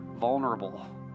vulnerable